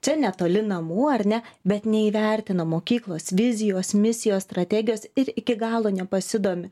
čia netoli namų ar ne bet neįvertino mokyklos vizijos misijos strategijos ir iki galo nepasidomi